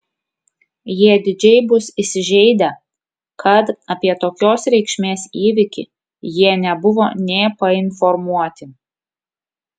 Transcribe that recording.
jie didžiai bus įsižeidę kad apie tokios reikšmės įvykį jie nebuvo nė painformuoti